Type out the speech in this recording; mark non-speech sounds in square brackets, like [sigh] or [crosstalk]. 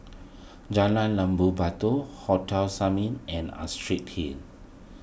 [noise] Jalan Jambu Batu Hotel Summit and Astrid Hill